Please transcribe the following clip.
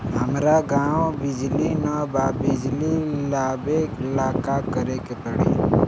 हमरा गॉव बिजली न बा बिजली लाबे ला का करे के पड़ी?